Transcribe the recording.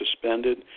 suspended